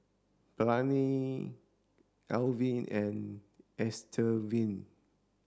Blaine Alvy and Estevan